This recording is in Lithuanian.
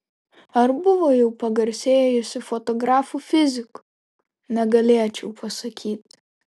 ar buvo jau pagarsėjusių fotografų fizikų negalėčiau pasakyti